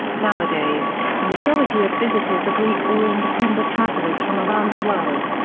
nowadays, the majority of visitors are greek or independent travellers from around the world.